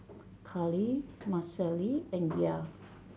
Carlie Marcelle and Yair